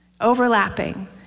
overlapping